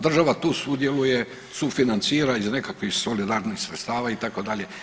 Država tu sudjeluje sufinancira iz nekakvih solidarnih sredstava itd.